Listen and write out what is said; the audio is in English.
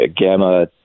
Gamma